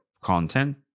content